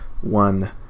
one